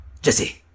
Jesse